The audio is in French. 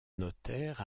notaire